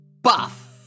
buff